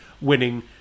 winning